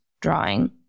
drawing